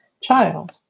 Child